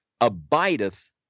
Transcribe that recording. abideth